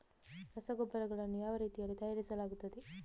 ರಸಗೊಬ್ಬರಗಳನ್ನು ಯಾವ ರೀತಿಯಲ್ಲಿ ತಯಾರಿಸಲಾಗುತ್ತದೆ?